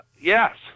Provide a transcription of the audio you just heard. yes